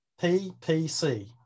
PPC